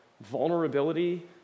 vulnerability